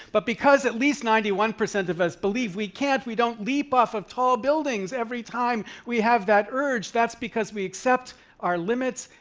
but because at least ninety one percent of us believe we can't, we don't leap off of tall buildings every time we have that urge. that's because we accept our limits,